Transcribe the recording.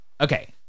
okay